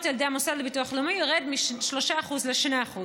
על ידי המוסד לביטוח לאומי ירד מ -3% ל-2%.